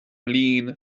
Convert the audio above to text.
linn